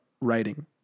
writing